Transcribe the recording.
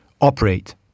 operate